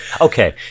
Okay